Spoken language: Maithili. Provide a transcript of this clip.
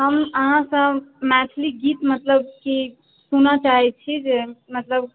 हम अहाँसँ मैथिली गीत मतलब कि सुनऽ चाहै छी जे मतलब